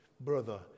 brother